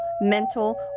mental